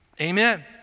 Amen